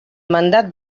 mandat